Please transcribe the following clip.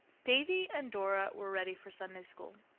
davy and dora were ready for sunday school.